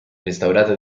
restaurata